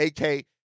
AK